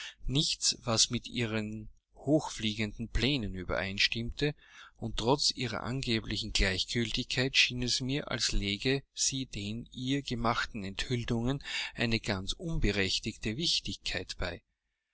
nichts was mit ihren hochfliegenden plänen übereinstimmte und trotz ihrer angeblichen gleichgiltigkeit schien es mir als lege sie den ihr gemachten enthüllungen eine ganz unberechtigte wichtigkeit bei